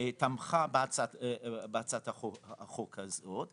תמכה בהצעת החוק הזו.